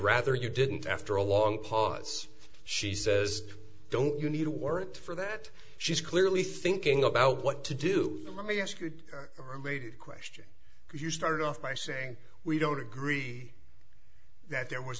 rather you didn't after a long pause she says don't you need a warrant for that she's clearly thinking about what to do the let me ask you made question because you started off by saying we don't agree that there was